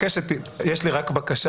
יש לי רק בקשה.